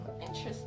interesting